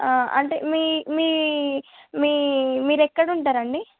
అంటే మీ మీ మీ మీరెక్కడ ఉంటారండి